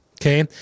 Okay